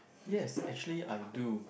yes actually I do